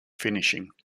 finishing